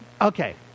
Okay